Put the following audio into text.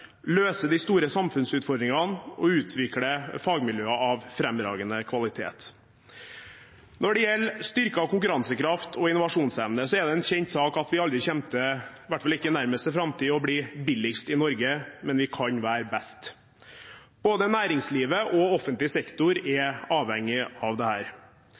løse de store samfunnsutfordringene og utvikle fagmiljøer av fremragende kvalitet. Når det gjelder styrket konkurransekraft og innovasjonsevne, er det en kjent sak at vi aldri kommer til – i hvert fall ikke i nærmeste framtid – å bli billigst i Norge, men vi kan være best. Både næringslivet og offentlig sektor er avhengig av